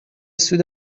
سود